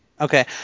Okay